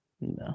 No